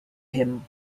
him